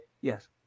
yes